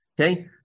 Okay